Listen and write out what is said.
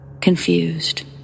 Confused